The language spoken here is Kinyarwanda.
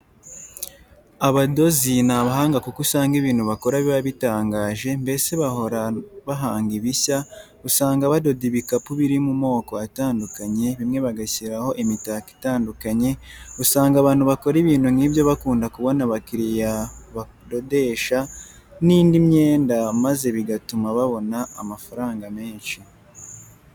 Abadozi ni abahanga kuko usanga ibintu bakora biba bitangaje mbese bahora bahanga ibishya, usanga badoda ibikapu biri mu moko atandukanye bimwe bagashyiraho imitako itandukanye, usanga abantu bakora ibintu nk'ibyo bakunda kubona abakiliya badodesha n'indi myenda maze bigatuma babona amafaranga menshi.